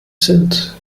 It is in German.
sind